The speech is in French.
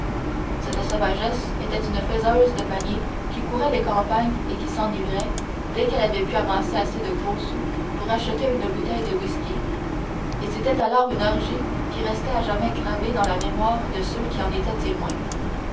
cette sauvagesse était une faiseuse de paniers qui courait les campagnes et qui s'enivrait dès qu'elle avait pu amasser assez de gros sous pour acheter une bouteille de whisky et c'était alors une orgie qui restait à jamais gravée dans la mémoire de ceux qui en étaient témoins